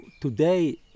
today